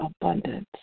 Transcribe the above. abundance